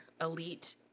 elite